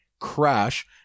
crash